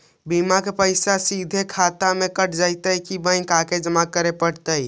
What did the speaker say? बिमा के पैसा सिधे खाता से कट जितै कि बैंक आके जमा करे पड़तै?